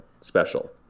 special